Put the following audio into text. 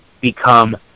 become